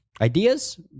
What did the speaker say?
ideas